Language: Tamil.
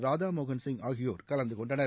ராதாமோகன் சிங் ஆகியோர் கலந்து கொண்டனர்